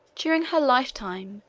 during her lifetime,